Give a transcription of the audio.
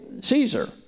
Caesar